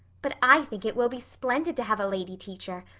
but i think it will be splendid to have a lady teacher,